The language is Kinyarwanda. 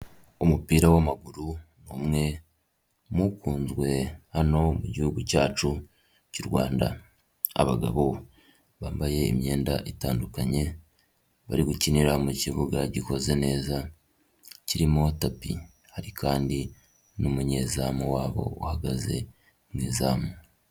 Umupira w'amaguru ni umwe mu ukunzwe hano mu gihugu cyacu cy'u Rwanda. Abagabo bambaye imyenda itandukanye bari gukinira mu kibuga gikoze neza, kirimo tapi hari kandi n'umunyezamu wabo uhagaze mu izamu.